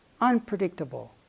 unpredictable